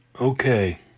Okay